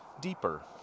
deeper